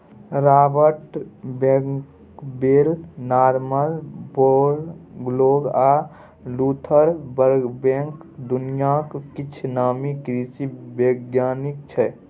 Robert Bakewell, Norman Borlaug आ Luther Burbank दुनियाक किछ नामी कृषि बैज्ञानिक छै